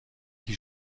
qui